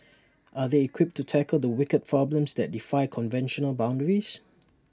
are they equipped to tackle the wicked problems that defy conventional boundaries